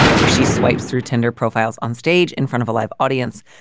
where she swipes through tender profiles onstage in front of a live audience.